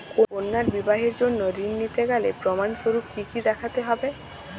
কন্যার বিবাহের জন্য ঋণ নিতে গেলে প্রমাণ স্বরূপ কী কী দেখাতে হবে?